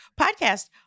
podcast